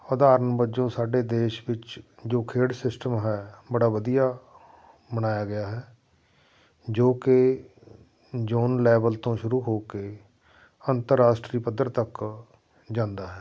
ਉਦਾਹਰਨ ਵਜੋਂ ਸਾਡੇ ਦੇਸ਼ ਵਿੱਚ ਜੋ ਖੇਡ ਸਿਸਟਮ ਹੈ ਬੜਾ ਵਧੀਆ ਬਣਾਇਆ ਗਿਆ ਹੈ ਜੋ ਕਿ ਜੋਨ ਲੈਵਲ ਤੋਂ ਸ਼ੁਰੂ ਹੋ ਕੇ ਅੰਤਰਰਾਸ਼ਟਰੀ ਪੱਧਰ ਤੱਕ ਜਾਂਦਾ ਹੈ